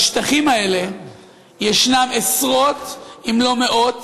בשטחים האלה ישנם עשרות אם לא מאות